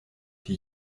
die